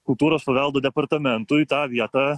kultūros paveldo departamentui tą vietą